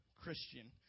Christian